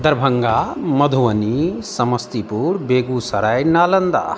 Darbhanga Madhubani Samastipur Begusarai Nalanda